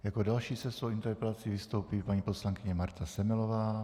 Jako další se svou interpelací vystoupí paní poslankyně Marta Semelová.